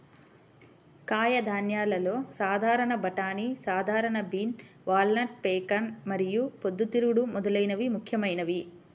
కాయధాన్యాలలో సాధారణ బఠానీ, సాధారణ బీన్, వాల్నట్, పెకాన్ మరియు పొద్దుతిరుగుడు మొదలైనవి ముఖ్యమైనవి